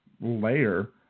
layer